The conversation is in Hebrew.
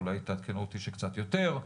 אולי תעדכנו אותי שקצת יותר,